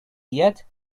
yet